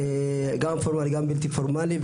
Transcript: גם הפורמלי, גם הבלתי פורמלי.